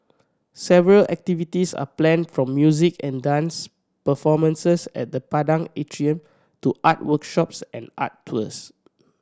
several activities are planned from music and dance performances at the Padang Atrium to art workshops and art tours